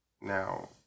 Now